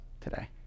today